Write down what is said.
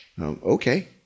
Okay